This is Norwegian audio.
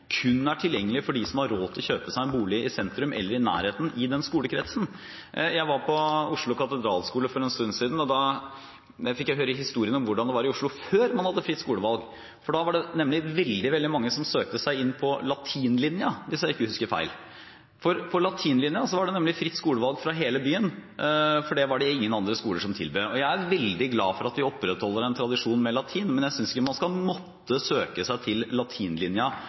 kun er tilgjengelig for dem som har råd til å kjøpe seg en bolig i sentrum, eller i nærheten, i den skolekretsen. Jeg var på Oslo katedralskole for en stund siden, og da fikk jeg høre historien om hvordan det var i Oslo før man hadde fritt skolevalg. Da var det veldig, veldig mange som søkte seg inn på latinlinjen, hvis jeg ikke husker feil, for på latinlinjen var det nemlig fritt skolevalg fra hele byen, for det var det ingen andre skoler som tilbød. Jeg er veldig glad for at vi opprettholder en tradisjon med latin, men jeg synes ikke man skal måtte søke seg til